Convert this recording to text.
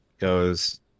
goes